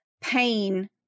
pain